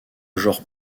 genre